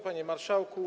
Panie Marszałku!